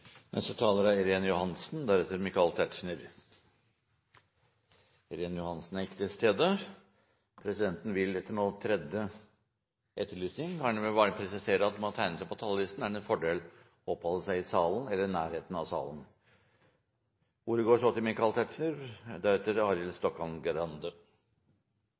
Neste taler er representanten Irene Johansen. Irene Johansen er ikke til stede. Presidenten vil, etter tredje etterlysning, bare presisere at når man tegner seg på talerlisten, er det en fordel å oppholde seg i salen eller i nærheten av salen. Ordet går dermed til representanten Michael Tetzschner.